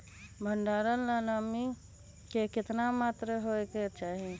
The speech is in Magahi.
भंडारण ला नामी के केतना मात्रा राहेके चाही?